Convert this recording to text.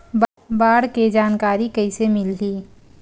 बाढ़ के जानकारी कइसे मिलही?